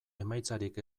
emaitzarik